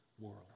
world